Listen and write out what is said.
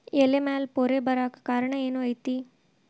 ಎಲೆ ಮ್ಯಾಲ್ ಪೊರೆ ಬರಾಕ್ ಕಾರಣ ಏನು ಐತಿ?